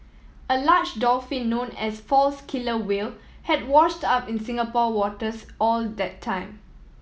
a large dolphin known as false killer whale had washed up in Singapore waters or that time